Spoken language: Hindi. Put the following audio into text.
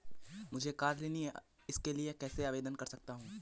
मुझे कार लेनी है मैं इसके लिए कैसे आवेदन कर सकता हूँ?